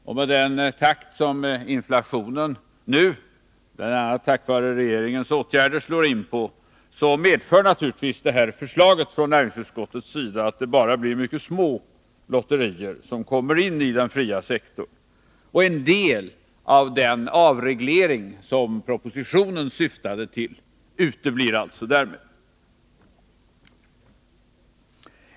Och med den takt som inflationen nu — bl.a. på grund av regeringens åtgärder — slår in på medför naturligtvis det förslaget från utskottet att bara mycket små lotterier kommer in i den fria sektorn. En del av den avreglering som propositionen syftade till uteblir därmed.